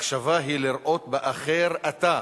הקשבה היא לראות באחר "אתה",